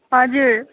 हजुर